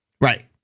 Right